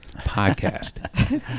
podcast